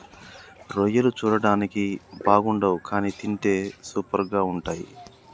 రొయ్యలు చూడడానికి బాగుండవ్ కానీ తింటే సూపర్గా ఉంటయ్